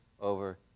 over